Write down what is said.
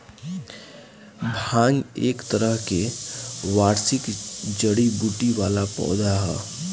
भांग एक तरह के वार्षिक जड़ी बूटी वाला पौधा ह